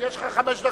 יש לך חמש דקות.